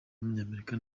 w’umunyamerika